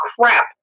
crap